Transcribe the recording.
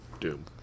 Doom